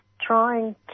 trying